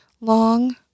long